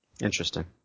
Interesting